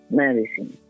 medicine